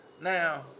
now